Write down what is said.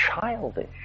childish